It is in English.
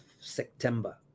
September